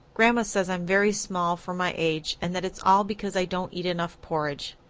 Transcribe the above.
grandma says i'm very small for my age and that it's all because i don't eat enough porridge.